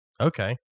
Okay